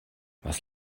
was